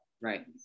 Right